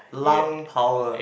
lung power